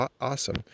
awesome